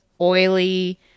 oily